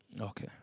okay